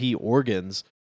organs